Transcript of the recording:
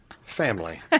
family